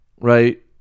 Right